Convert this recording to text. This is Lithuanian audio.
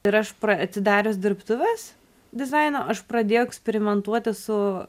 ir aš pra atsidarius dirbtuves dizaino aš pradėjau eksperimentuoti su